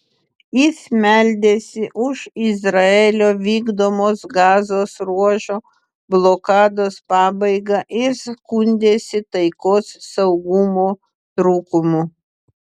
jis meldėsi už izraelio vykdomos gazos ruožo blokados pabaigą ir skundėsi taikos saugumo trūkumu